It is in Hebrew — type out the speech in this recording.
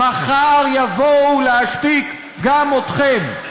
מחר יבואו להשתיק גם אתכם.